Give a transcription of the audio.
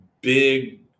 big